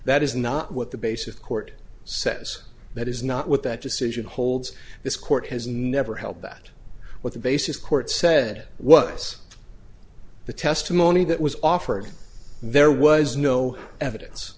that is not what the base of court says that is not what that decision holds this court has never held that what the basis court said was the testimony that was offered there was no evidence